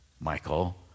Michael